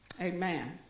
Amen